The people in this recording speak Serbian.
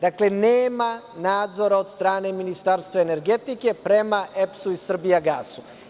Dakle, nema nadzora od strane Ministarstva energetike prema EPS-u i „Srbijagasu“